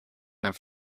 never